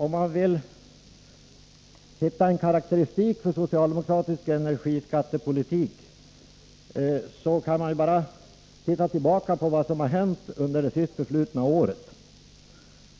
Om man vill hitta en karakteristik av socialdemokratisk energiskattepolitik, behöver man bara se tillbaka på vad som hänt under det sist förflutna året.